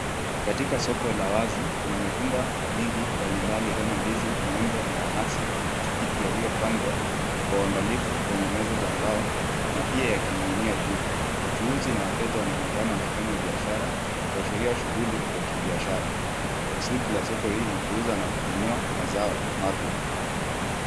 Katika soko la wazi kuna matunda mengi mbalimbali kama ndizi, maembe, mananazi na tikiti yaliyopangwa kwa uangalifu kwenye meza za mbao na pia yakining'inia juu, wachuuzi na wateja wanaonekana wakifanya biashara kuashiria shughuli za kibiashara, kusudi la soko hili ni kuuza na kununua mazao mapya.